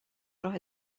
راه